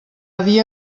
dia